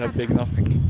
ah big nothing.